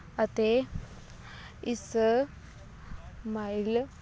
ਅਤੇ ਇਸ ਮਾਈਲ